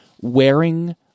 wearing